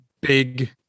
big